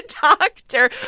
Doctor